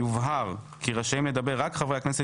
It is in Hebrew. יובהר כי רשאים לדבר רק חברי הכנסת